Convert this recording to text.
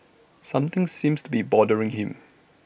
something seems to be bothering him